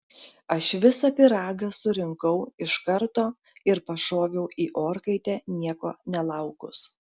aš visą pyragą surinkau iš karto ir pašoviau į orkaitę nieko nelaukus